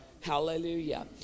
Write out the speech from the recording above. hallelujah